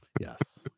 Yes